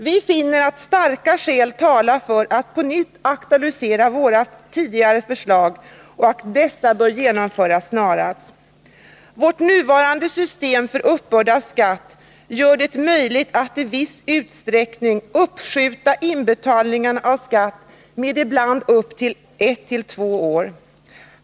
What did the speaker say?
Vi finner att starka skäl talar för att vi på nytt aktualiserar våra tidigare förslag och att dessa bör genomföras snarast. Vårt nuvarande system för uppbörd av skatt gör det möjligt att i viss utsträckning uppskjuta inbetalningen av skatt med ibland upp till ett till två år.